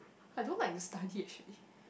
I don't like to study actually